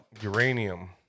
Uranium